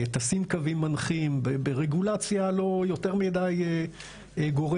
תשים קוים מנחים ברגולציה לא יותר מידי גורפת,